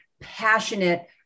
passionate